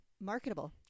marketable